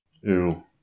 Ew